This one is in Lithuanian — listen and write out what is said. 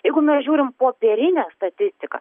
jeigu mes žiūrim popierinę statistiką